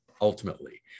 ultimately